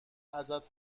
ازت